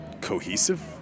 cohesive